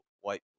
white